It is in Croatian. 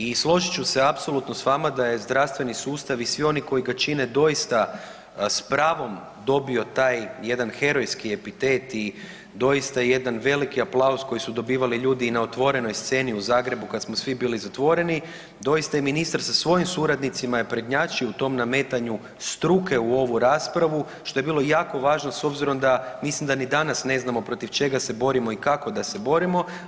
I složit ću se apsolutno s vama da je zdravstveni sustav i svi oni koji ga čine doista s pravom dobio taj jedan herojski epitet i doista jedan veliki aplauz koji dobivali ljudi i na otvorenoj sceni u Zagrebu kad smo svi bili zatvoreni, doista je i ministar sa svojim suradnicima je prednjačio u tom nadmetanju struke u ovu raspravu, što je bilo jako važno s obzirom da mislim da ni danas ne znamo protiv čega se borimo i kako da se borimo.